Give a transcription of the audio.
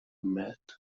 met